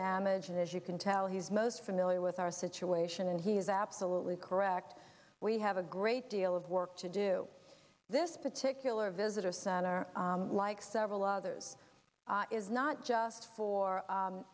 damage and as you can tell he is most familiar with our situation and he is absolutely correct we have a great deal of work to do this particular visitor center like several others is not just for